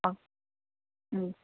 ஆ ம்